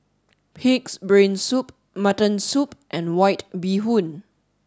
pig's brain soup mutton soup and white bee hoon